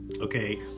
Okay